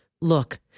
Look